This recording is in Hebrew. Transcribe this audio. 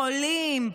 חולים,